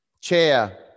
chair